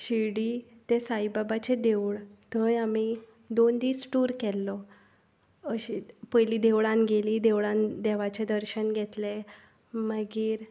शिर्डी तें साईबाबाचें देवूळ थंय आमी दोन दीस टूर केल्लो पयलीं देवळांत गेलीं देवळांत देवाचें दर्शन घेतलें मागीर